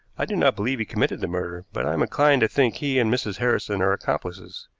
i do not believe he committed the murder, but i am inclined to think he and mrs. harrison are accomplices.